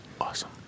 awesome